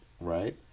right